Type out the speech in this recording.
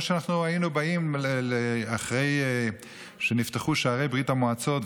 כמו שאנחנו היינו באים אחרי שנפתחו שערי ברית המועצות,